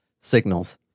Signals